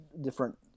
different